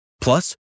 Plus